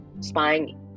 spying